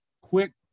quick